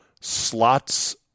Slots